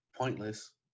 Pointless